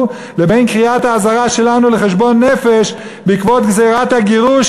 לבין קריאת האזהרה שלנו לחשבון נפש בעקבות גזירת הגירוש